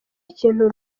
ikintu